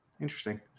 interesting